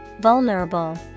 Vulnerable